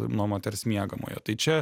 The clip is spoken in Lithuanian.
nuo moters miegamojo tai čia